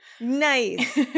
Nice